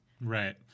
Right